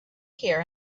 here